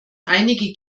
einige